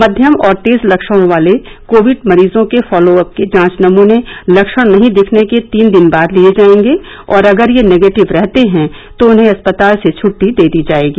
मध्यम और तेज लक्षणों वाले कोविड मरीजों के फॉलोअप के जांच नमूने लक्षण नहीं दिखने के तीन दिन बाद लिये जायेंगे और अगर ये निगेटिव रहते हैं तो उन्हें अस्पताल से छुट्टी दे दी जाएगी